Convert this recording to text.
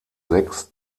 sechs